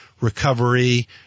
recovery